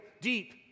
deep